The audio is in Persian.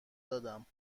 دادم